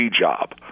job